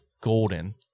golden